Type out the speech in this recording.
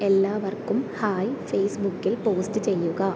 എല്ലാവർക്കും ഹായ് ഫേസ്ബുക്കിൽ പോസ്റ്റ് ചെയ്യുക